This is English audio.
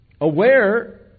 aware